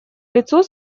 лицу